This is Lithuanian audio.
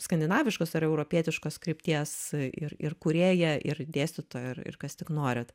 skandinaviškos ar europietiškos krypties ir ir kūrėja ir dėstytoja ir kas tik norit